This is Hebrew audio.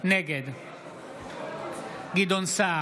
נגד גדעון סער,